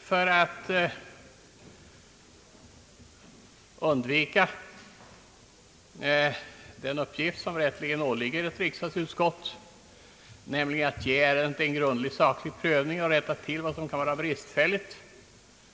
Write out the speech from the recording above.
För att undvika den uppgift som rätteligen åligger ett riksdagsutskott — att ge ärendet en grundlig, saklig prövning och rätta till vad som kan vara bristfälligt